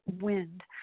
wind